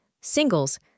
Singles